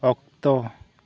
ᱚᱠᱛᱚ